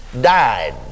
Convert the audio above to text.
died